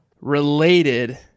related